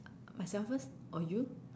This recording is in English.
myself first or you